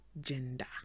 gender